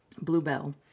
Bluebell